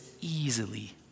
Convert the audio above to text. easily